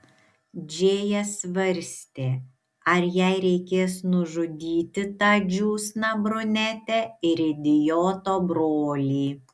džėja svarstė ar jai reikės nužudyti tą džiūsną brunetę ir idioto brolį